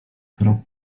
kroków